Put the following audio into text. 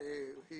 היא